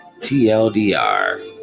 TLDR